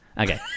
Okay